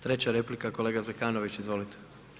Treća replika kolega Zekanović, izvolite.